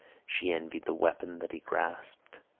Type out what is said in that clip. she envied the weapon that he grasped,